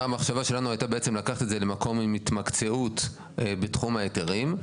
המחשבה שלנו הייתה בעצם לקחת את זה למקום עם התמקצעות בתחום ההיתרים.